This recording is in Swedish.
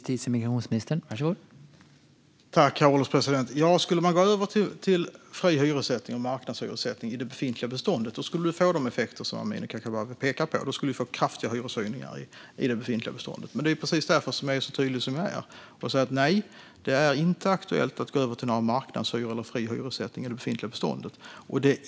Herr ålderspresident! Skulle man gå över till fri hyressättning och marknadshyressättning i det befintliga beståndet skulle det få de effekter som Amineh Kakabaveh pekar på; då skulle vi få kraftiga hyreshöjningar i det befintliga beståndet. Det är precis därför jag är så tydlig som jag är och säger att det inte är aktuellt att gå över till marknadshyror eller fri hyressättning i det befintliga beståndet.